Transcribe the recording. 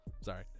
Sorry